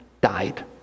died